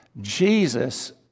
Jesus